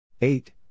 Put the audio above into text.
eight